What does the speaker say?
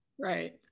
right